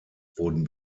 wurden